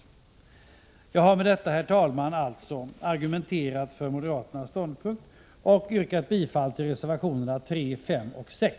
Jag har alltså med detta, herr talman, argumenterat för moderaternas ståndpunkt och yrkat bifall till reservationerna 3, 5 och 6.